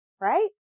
Right